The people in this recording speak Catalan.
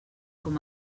com